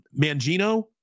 Mangino